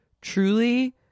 truly